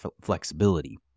flexibility